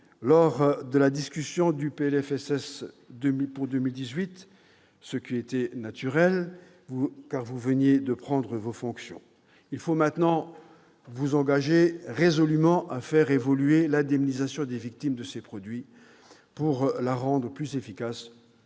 lors de la discussion du PLFSS pour 2018, ce qui était naturel, car vous veniez de prendre vos fonctions. Il faut maintenant vous engager résolument à faire évoluer l'indemnisation des victimes de ces produits pour la rendre plus efficace,